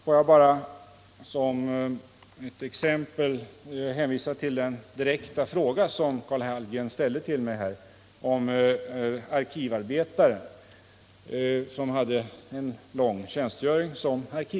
Får jag bara som ett exempel hänvisa till den direkta fråga som Karl Hallgren ställde till mig om arkivarbetare som hade lång tjänstgöring bakom sig.